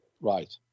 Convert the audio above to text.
Right